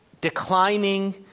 declining